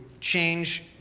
change